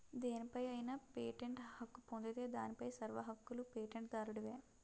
దేనిపై అయినా పేటెంట్ హక్కు పొందితే దానిపై సర్వ హక్కులూ పేటెంట్ దారుడివే